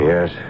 Yes